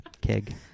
Keg